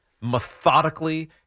methodically